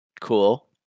Cool